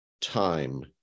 time